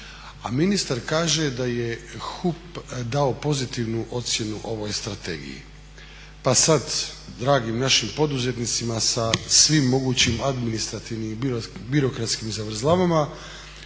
ministar kaže da je HUP dao pozitivnu ocjenu ovoj strategiji,